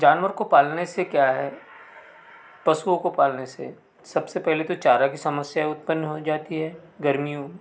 जानवर को पालने से क्या है पशुओं को पालने से सब से पहले तो चारे की समस्या उत्पन्न हो जाती है गर्मियों में